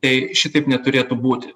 tai šitaip neturėtų būti